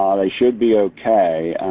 um they should be okay.